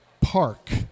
park